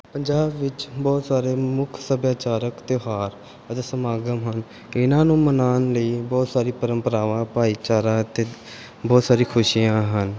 ਪੰਜਾਬ ਵਿੱਚ ਬਹੁਤ ਸਾਰੇ ਮੁੱਖ ਸੱਭਿਆਚਾਰਕ ਤਿਉਹਾਰ ਅਤੇ ਸਮਾਗਮ ਹਨ ਇਹਨਾਂ ਨੂੰ ਮਨਾਉਣ ਲਈ ਬਹੁਤ ਸਾਰੀ ਪਰੰਪਰਾਵਾਂ ਭਾਈਚਾਰਾ ਅਤੇ ਬਹੁਤ ਸਾਰੀ ਖੁਸ਼ੀਆਂ ਹਨ